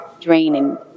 draining